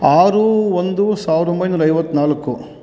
ಆರು ಒಂದು ಸಾವಿರದ ಒಂಬೈನೂರ ಐವತ್ನಾಲ್ಕು